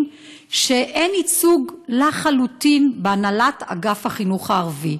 שאין ייצוג לחלוטין בהנהלת אגף החינוך הערבי.